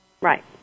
Right